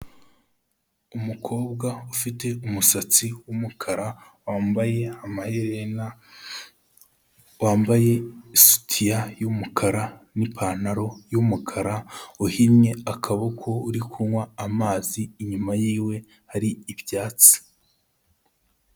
Umukobwa ufite umusatsi w'umukara wambaye amaherena, wambaye isutiya y'umukara n'ipantaro y'umukara, uhinnye akaboko, uri kunywa amazi, inyuma yiwe hari ibyatsi.